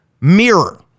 mirror